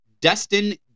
Destin